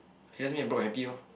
it just me broke and happy lor